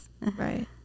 right